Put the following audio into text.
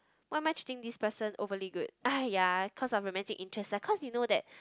why am I treating this person overly good !aiya! cause I'm romantic interest cause you know that